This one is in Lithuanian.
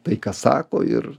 tai ką sako ir